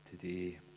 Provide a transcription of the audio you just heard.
today